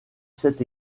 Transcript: sept